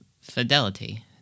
fidelity